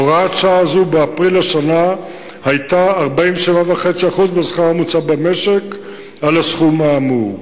הוראת שעה זו באפריל השנה היתה 47.5% מהשכר הממוצע במשק על הסכום האמור.